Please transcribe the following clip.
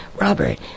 Robert